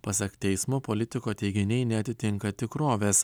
pasak teismo politiko teiginiai neatitinka tikrovės